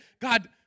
God